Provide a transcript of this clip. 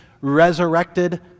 resurrected